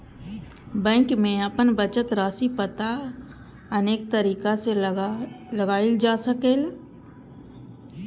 bank मे अपन बचत राशिक पता अनेक तरीका सं लगाएल जा सकैए